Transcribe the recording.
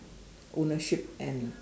ownership and